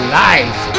life